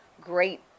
great